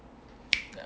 yeah